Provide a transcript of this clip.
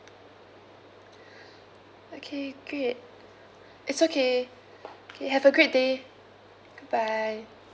okay great it's okay k have a great day goodbye